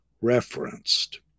referenced